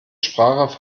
sprache